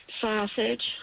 sausage